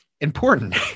important